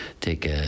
take